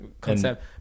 concept